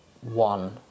one